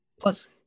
Plus